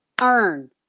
earn